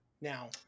Now